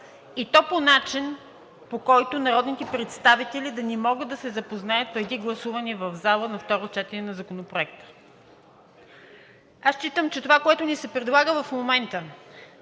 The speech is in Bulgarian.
и то по начин, по който народните представители да не могат да се запознаят преди гласуване в залата на второ четене със Законопроекта. Аз считам, че това, което ни се предлага в момента